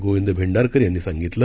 गोविंद भेंडारकर यांनी सांगितल